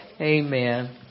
Amen